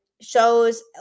shows